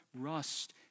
rust